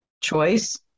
choice